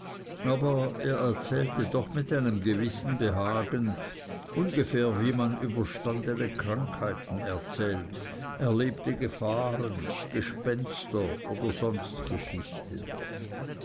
aber er erzählte doch mit einem gewissen behagen ungefähr wie man überstandene krankheiten erzählt erlebte gefahren gespenster oder sonst geschichten